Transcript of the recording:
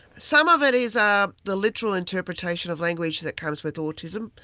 some of it is ah the literal interpretation of language that comes with autism,